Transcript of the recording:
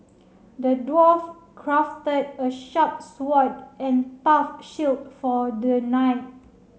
the dwarf crafted a sharp sword and tough shield for the knight